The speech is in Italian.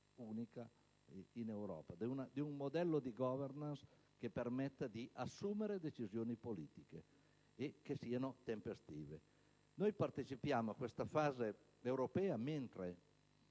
unica in Europa, di un modello di *governance* che permetta di assumere decisioni politiche tempestive. Noi partecipiamo a questa fase europea, mentre